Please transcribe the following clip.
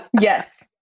yes